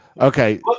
Okay